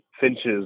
finches